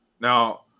Now